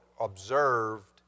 observed